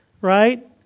right